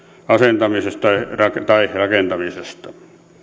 asentamisesta tai rakentamisesta